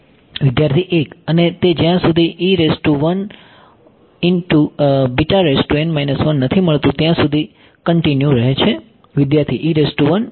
અને તે જ્યાં સુધી નથી મળતું ત્યાં સુધી કન્ટીન્યુ રહે છે